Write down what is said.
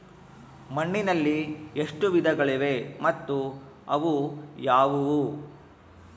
ಮಣ್ಣಿನಲ್ಲಿ ಎಷ್ಟು ವಿಧಗಳಿವೆ ಮತ್ತು ಅವು ಯಾವುವು?